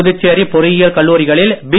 புதுச்சேரி பொறியியல் கல்லூரிகளில் பி